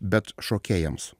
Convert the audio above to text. bet šokėjams